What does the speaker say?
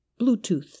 Bluetooth